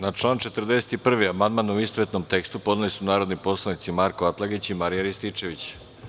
Na član 41. amandman, u istovetnom tekstu, podneli su narodni poslanici Marko Atlagić i Marijan Rističević.